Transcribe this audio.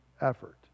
effort